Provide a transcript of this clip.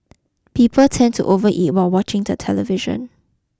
people tend to overeat while watching the television